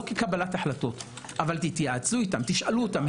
לא כקבלת החלטות אבל תתייעצו איתם, תשאלו אותם.